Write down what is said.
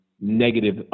negative